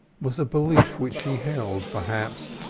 was a belief which she held, perhaps,